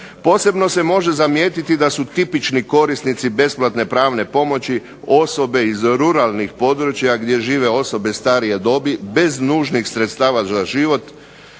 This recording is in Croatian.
posebno se može zamijetiti da su tipični korisnici besplatne pravne pomoći osobe iz ruralnih područja gdje žive osobe starije dobi, bez nužnih sredstava za život